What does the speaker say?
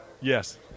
Yes